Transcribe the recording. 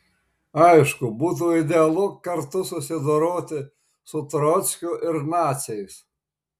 aišku būtų idealu kartu susidoroti su trockiu ir naciais